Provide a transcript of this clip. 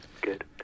good